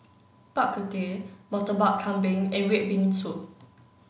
Bak Kut Teh Murtabak Kambing and red bean soup